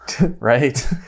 right